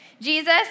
Jesus